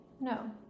No